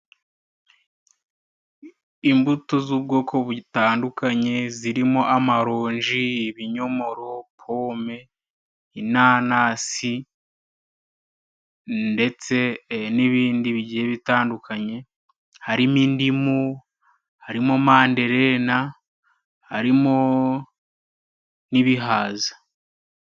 Imbuto z'ubwoko buyitandukanye zirimo amaronji, ibinyomoro, pome, inanasi ndetse n'ibindi bigiye bitandukanye. Harimo indimu, harimo manderena, harimo n'ibihaza.